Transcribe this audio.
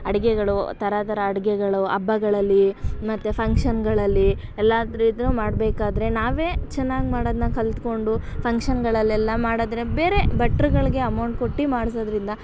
ಅಡುಗೆಗಳು ಥರ ಥರ ಅಡುಗೆಗಳು ಹಬ್ಬಗಳಲ್ಲಿ ಮತ್ತೆ ಪಂಕ್ಷನ್ಗಳಲ್ಲಿ ಎಲ್ಲ ರೀತಿಯೂ ಮಾಡಬೇಕಾದ್ರೆ ನಾವೇ ಚೆನ್ನಾಗಿ ಮಾಡೋದನ್ನ ಕಲಿತ್ಕೊಂಡು ಫಂಕ್ಷನ್ಗಳಲ್ಲೆಲ್ಲ ಮಾಡಿದ್ರೆ ಬೇರೆ ಭಟ್ರಗಳ್ಗೆ ಅಮೌಂಟ್ ಕೊಟ್ಟು ಮಾಡಿಸೋದ್ರಿಂದ